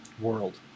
world